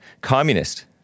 communist